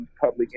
Public